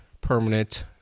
permanent